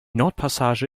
nordpassage